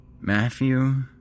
Matthew